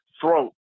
throat